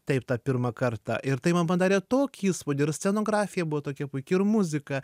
taip tą pirmą kartą ir tai man padarė tokį įspūdį ir scenografija buvo tokia puiki ir muzika